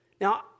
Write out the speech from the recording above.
Now